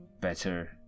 better